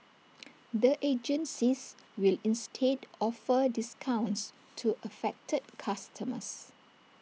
the agencies will instead offer discounts to affected customers